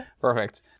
Perfect